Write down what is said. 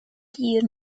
gier